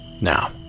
Now